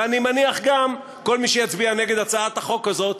ואני מניח גם כל מי שיצביע נגד הצעת החוק הזאת,